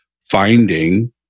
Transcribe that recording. finding